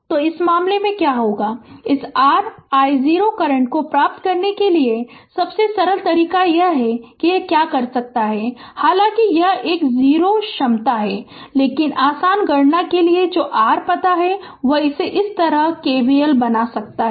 तो इस मामले में क्या होगा कि इस r i0 करंट को प्राप्त करने के लिए सबसे सरल तरीका यह है कि यह क्या कर सकता है हालांकि यह एक 0 क्षमता है लेकिन आसान गणना के लिए जो r पता है वह इसे इस तरह KVL बना सकता है